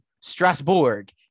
Strasbourg